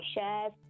shares